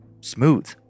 smooth